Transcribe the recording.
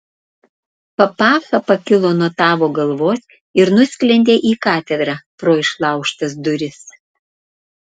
papacha pakilo nuo tavo galvos ir nusklendė į katedrą pro išlaužtas duris